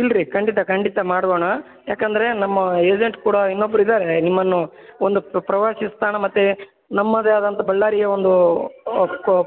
ಇಲ್ರಿ ಖಂಡಿತ ಖಂಡಿತ ಮಾಡೋಣ ಏಕಂದ್ರೆ ನಮ್ಮ ಏಜೆಂಟ್ ಕೂಡ ಇನ್ನೊಬ್ರು ಇದ್ದಾರೆ ನಿಮ್ಮನ್ನು ಒಂದು ಪ್ರವಾಸಿ ತಾಣ ಮತ್ತು ನಮ್ಮದೇ ಆದಂಥ ಬಳ್ಳಾರಿಯ ಒಂದು